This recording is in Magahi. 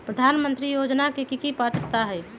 प्रधानमंत्री योजना के की की पात्रता है?